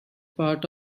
part